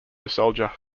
soldier